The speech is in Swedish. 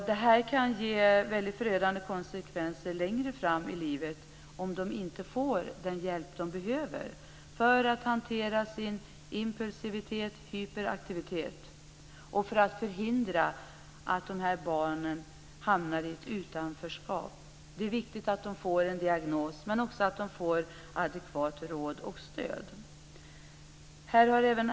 Det kan ge förödande konsekvenser längre fram i livet om de inte får den hjälp de behöver för att hantera sin impulsivitet eller hyperaktivitet och för att förhindra att de här barnen hamnar i ett utanförskap. Det är viktigt att de får en diagnos men också att de får adekvat råd och stöd.